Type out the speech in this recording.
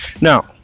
now